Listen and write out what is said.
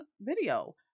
video